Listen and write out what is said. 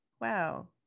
wow